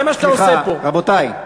אתה דיקטטור קטן, אתה.